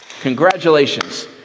congratulations